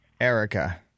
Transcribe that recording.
Erica